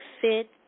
fit